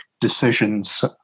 decisions